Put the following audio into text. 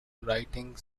writing